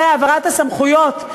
אחרי העברת הסמכויות,